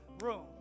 room